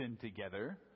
together